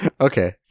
Okay